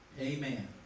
Amen